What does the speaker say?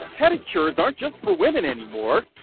pedicures aren't just for women anymore.